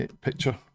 picture